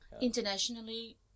internationally